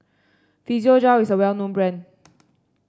physiogel is a well known brand